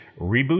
reboot